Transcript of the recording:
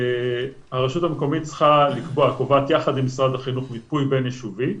הרשות המקומית קובעת יחד עם משרד החינוך מיפוי בין-יישובי,